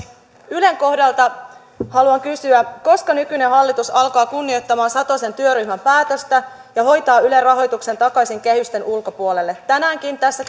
ylen kohdalta haluan kysyä koska nykyinen hallitus alkaa kunnioittamaan satosen työryhmän päätöstä ja hoitaa ylen rahoituksen takaisin kehysten ulkopuolelle tänäänkin tässä